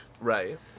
Right